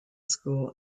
school